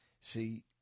see